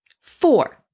Four